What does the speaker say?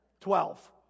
Twelve